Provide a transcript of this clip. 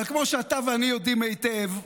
אבל כמו שאתה ואני יודעים היטב,